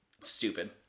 stupid